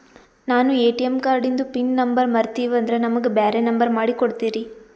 ನಾನು ಎ.ಟಿ.ಎಂ ಕಾರ್ಡಿಂದು pin number ಮರತೀವಂದ್ರ ನಮಗ ಬ್ಯಾರೆ ನಂಬರ್ ಮಾಡಿ ಕೊಡ್ತೀರಿ?